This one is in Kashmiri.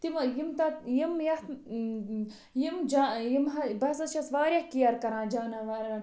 تِم یِم تَتھ یِم ییٚتھ یِم جا یِم ہا بہٕ ہسا چھیٚس واریاہ کیَر کران جانوَرن